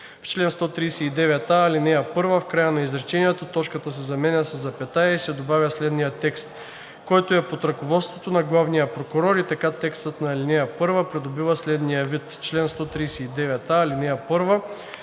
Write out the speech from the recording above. В чл. 139а, ал. 1 в края на изречението точката се заменя със запетая и се добавя следният текст: „който е под ръководството на главния прокурор“ и така текстът на алинея първа придобива следния вид: